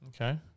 Okay